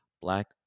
black